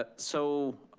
so,